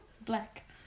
Black